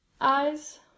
Eyes